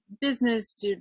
business